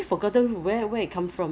我的妈妈手要烂掉